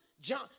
John